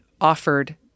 offered